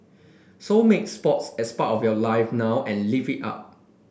so make sports as part of your life now and live it up